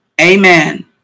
Amen